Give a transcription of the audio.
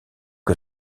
que